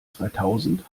zweitausend